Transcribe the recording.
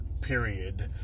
period